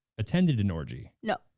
attended an orgy. nope.